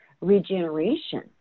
regeneration